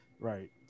Right